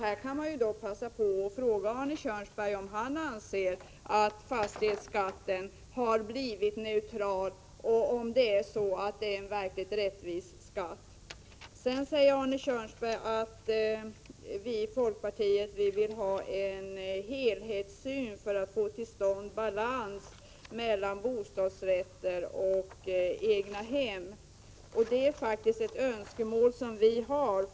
Här kan man passa på att fråga Arne Kjörnsberg om han anser att fastighetsskatten har blivit neutral och om det är en verkligt rättvis skatt. Sedan säger Arne Kjörnsberg att vi i folkpartiet vill ha en helhetssyn för att få till stånd balans mellan bostadsrätter och egnahem. Det är faktiskt ett önskemål som vi har.